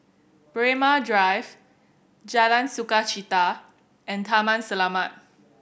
Braemar Drive Jalan Sukachita and Taman Selamat